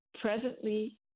presently